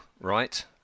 right